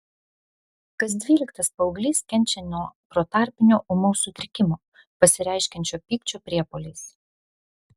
kas dvyliktas paauglys kenčia nuo protarpinio ūmaus sutrikimo pasireiškiančio pykčio priepuoliais